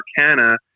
Arcana